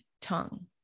tongue